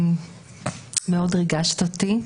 ומאוד ריגשת אותי.